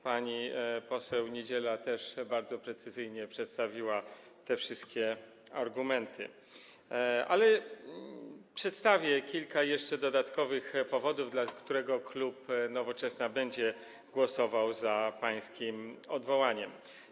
Pani poseł Niedziela też bardzo precyzyjnie przedstawiła te wszystkie argumenty, ale przedstawię jeszcze kilka dodatkowych, z powodu których klub Nowoczesna będzie głosował za pańskim odwołaniem.